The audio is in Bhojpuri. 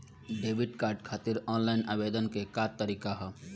डेबिट कार्ड खातिर आन लाइन आवेदन के का तरीकि ह?